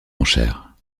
enchères